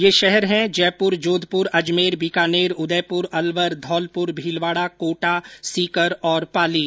ये शहर हैं जयपुर जोधपुर अजमेर बीकानेर उदयपुर अलवर धौलपुर मीलवाडा कोटा सीकर और पाली